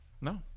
No